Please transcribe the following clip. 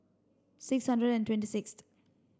six hundred and twenty sixth